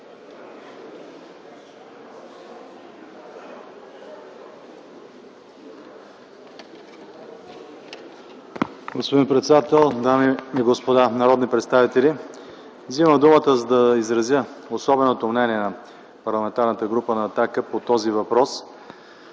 Господин председател, дами и господа народни представители! Вземам думата, за да изразя особеното мнение на Парламентарната група на „Атака” по този въпрос.